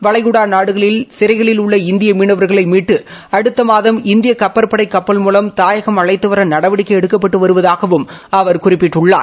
வளைகுடா நாடுகளில் சிறைகளில் உள்ள இந்திய மீனவர்களை மீட்டு அடுத்த மாதம் இந்திய கப்பற்படை கப்பல் மூலம் தாயகம் அழைத்துவர நடவடிக்கை எடுக்கப்பட்டு வருவதாக அவர் குறிப்பிட்டுள்ளார்